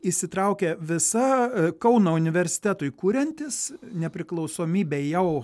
įsitraukia visa kauno universitetui kuriantis nepriklausomybei jau